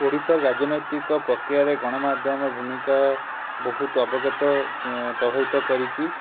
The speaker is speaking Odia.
ଓଡ଼ିଶା ରାଜନୈତିକ ପ୍ରକ୍ରିୟାରେ ଗଣମାଧ୍ୟମ ଭୂମିକା ବହୁତ ଅବଗତ ଯେ ବହୁତ କରିଛି